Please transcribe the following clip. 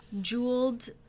Jeweled